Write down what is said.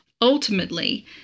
Ultimately